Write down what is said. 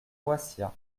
foissiat